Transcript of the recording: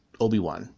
Obi-Wan